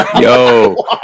Yo